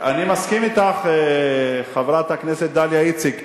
אני מסכים אתך, חברת הכנסת דליה איציק.